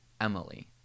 Emily